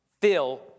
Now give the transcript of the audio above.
Phil